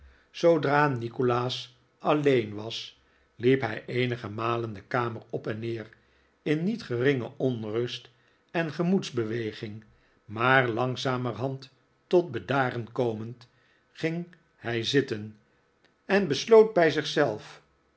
zoodra nikolaas alleen was liep hij eenige malen de kamer op en neer in niet geringe onrust en gemoedsbeweging maar langzamerhand tot bedaren komend ging hij zitten en besloot bij